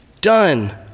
done